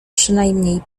przynajmniej